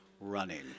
running